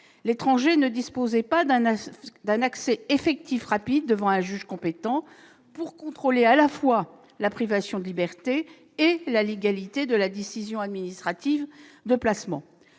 L'étranger ne disposait pas d'un accès effectif rapide devant un juge compétent pour contrôler à la fois la privation de liberté et la légalité de la décision administrative de placement.